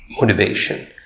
motivation